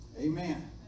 Amen